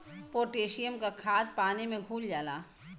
potassium क खाद पानी में घुल जाला